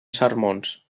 sermons